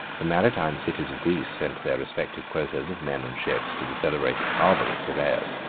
the maritime cities of greece sent their respective quotas of men and ships to the celebrated harbor of piraeus,